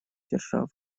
державы